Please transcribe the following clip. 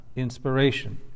inspiration